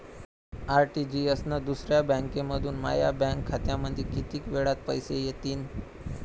RTGS न दुसऱ्या बँकेमंधून माया बँक खात्यामंधी कितीक वेळातं पैसे येतीनं?